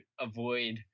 avoid